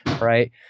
Right